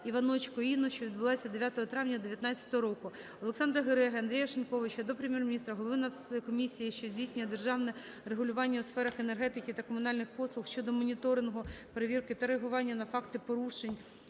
Іваночко Інну, що відбувся 9 травня 19-го року. Олександра Гереги, Андрія Шиньковича до Прем'єр-міністра, Голови Нацкомісії, що здійснює державне регулювання у сферах енергетики та комунальних послуг щодо моніторингу, перевірки та реагування на факти порушень